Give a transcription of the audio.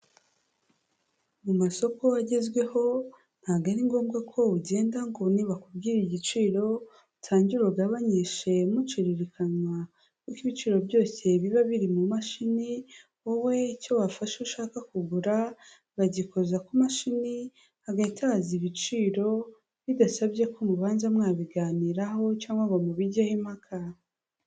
Mu masoko agezweho, ntago ari ngombwa ko ugenda ngo nibakubwira igiciro utangire ugabanyishe, muciririkanywa kuko ibiciro byose biba biri mu mashini, wowe icyo wafashe ushaka kugura, bagikoza ku mashini hagahita haza ibiciro, bidasabye ko mubanza mwabiganiraho cyangwa ngo mubijyeho impaka.